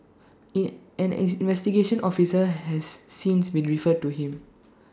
in an is investigation officer has since been referred to him